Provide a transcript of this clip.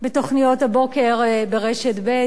בתוכניות הבוקר ברשת ב'.